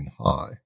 high